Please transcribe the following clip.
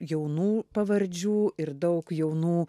jaunų pavardžių ir daug jaunų